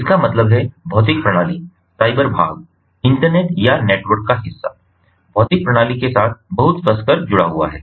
इसका मतलब है भौतिक प्रणाली साइबर भाग इंटरनेट या नेटवर्क का हिस्सा भौतिक प्रणाली के साथ बहुत कसकर जुड़ा हुआ है